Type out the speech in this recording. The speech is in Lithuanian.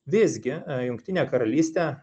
visgi jungtinė karalystė